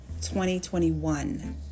2021